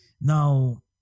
now